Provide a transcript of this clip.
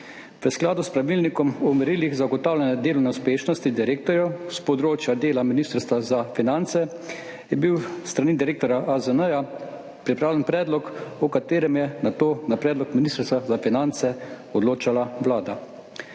V skladu s pravilnikom o merilih zagotavljanja delovne uspešnosti direktorjev s področja dela Ministrstva za finance je bil s strani direktorja AZN pripravljen predlog, o katerem je nato na predlog Ministrstva za finance odločala Vlada.